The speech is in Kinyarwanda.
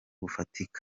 bufatika